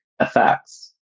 effects